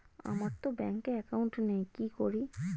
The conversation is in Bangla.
আমারতো ব্যাংকে একাউন্ট নেই কি করি?